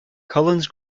collins